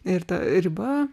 ir ta riba